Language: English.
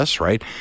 Right